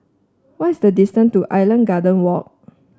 what is the distance to Island Garden Walk